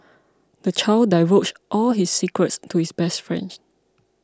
the child divulged all his secrets to his best friend